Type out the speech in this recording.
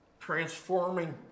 Transforming